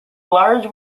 large